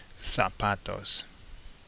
zapatos